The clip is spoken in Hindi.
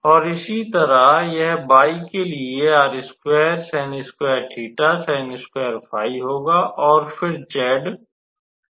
और इसी तरह यह y के लिए होगा और फिर z होगा